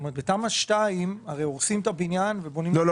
בתמ"א 2 הורסים את הבניין --- לא,